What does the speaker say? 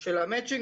של המצ'ינג,